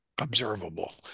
observable